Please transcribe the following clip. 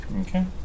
Okay